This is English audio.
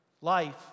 life